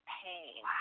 pain